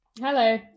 Hello